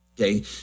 okay